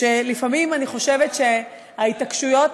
שלפעמים אני חושבת שההתעקשויות,